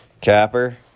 Capper